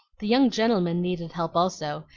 the young gentlemen needed help also,